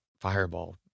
fireball